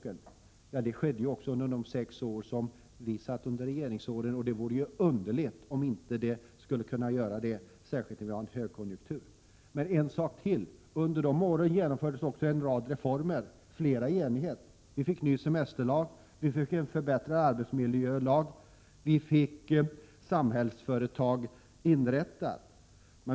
En sådan ökning skedde också under de sex år som vi hade regeringsmakten — och det vore underligt om inte sysselsättningen skulle öka nu, när vi har en högkonjunktur. En sak till: Under de åren genomfördes också en rad reformer, flera i enighet. Vi fick en ny semesterlag. Vi fick en förbättrad arbetsmiljölag. Vi fick Samhällsföretag inrättat.